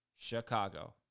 Chicago